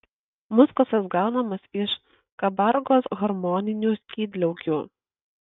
muskusas gaunamas iš kabargos hormoninių skydliaukių